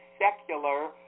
secular